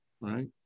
right